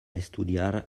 estudiar